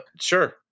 sure